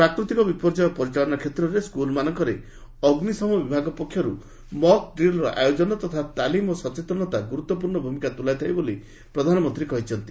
ପ୍ରାକୃତିକ ବିପର୍ଯ୍ୟୟ ପରିଚାଳନା କ୍ଷେତ୍ରରେ ସ୍କୁଲ୍ମାନଙ୍କରେ ଅଗ୍ନିଶମ ବିଭାଗ ପକ୍ଷରୁ ମକ୍ତ୍ରିଲ୍ର ଆୟୋଜନ ତଥା ତାଲିମ୍ ଓ ସଚେତନତା ଗୁରୁତ୍ୱପୂର୍ଷ୍ଣ ଭୂମିକା ତୁଲାଇ ଥାଏ ବୋଲି ପ୍ରଧାନମନ୍ତ୍ରୀ କହିଛନ୍ତି